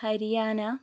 Haryana